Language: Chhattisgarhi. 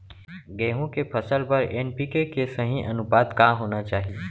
गेहूँ के फसल बर एन.पी.के के सही अनुपात का होना चाही?